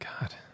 God